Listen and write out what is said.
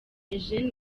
eugene